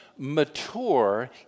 Mature